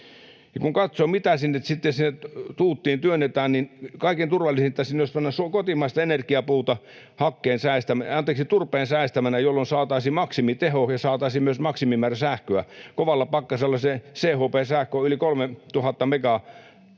Kun katsoo, mitä sitten sinne tuuttiin työnnetään, niin kaikkein turvallisinta sinne olisi panna kotimaista energiapuuta turpeen säestämänä, jolloin saataisiin maksimiteho ja saataisiin myös maksimimäärä sähköä. Kovalla pakkasella se CHP:n sähköteho, mikä